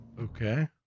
Okay